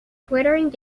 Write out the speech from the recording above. twittering